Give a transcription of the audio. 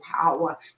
power